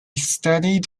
studied